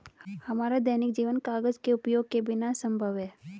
हमारा दैनिक जीवन कागज के उपयोग के बिना असंभव है